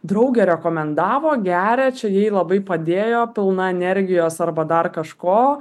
draugė rekomendavo geria čia jai labai padėjo pilna energijos arba dar kažko